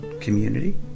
community